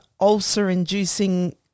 ulcer-inducing